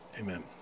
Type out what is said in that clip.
Amen